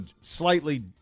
slightly